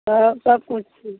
तऽ सबकिछु छै